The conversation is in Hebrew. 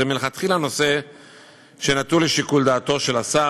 זה מלכתחילה נושא שנתון לשיקול דעתם של השר